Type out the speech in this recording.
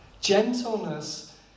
Gentleness